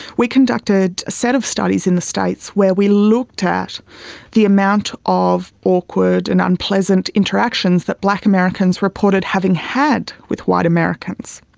we conducted a set of studies in the states where we looked at the amount of awkward and unpleasant interactions that black americans reported having had with white americans.